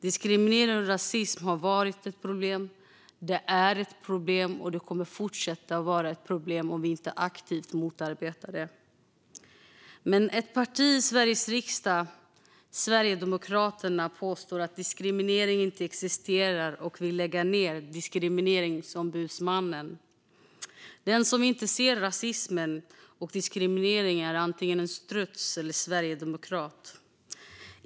Diskriminering och rasism har varit ett problem, är ett problem och kommer att fortsätta vara ett problem om vi inte aktivt motarbetar detta. Men ett parti i Sveriges riksdag, Sverigedemokraterna, påstår att diskriminering inte existerar och vill lägga ned Diskrimineringsombudsmannen. Den som inte ser rasismen och diskrimineringen är antingen en struts eller sverigedemokrat.